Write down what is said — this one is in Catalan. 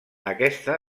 aquesta